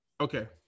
Okay